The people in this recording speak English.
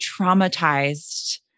traumatized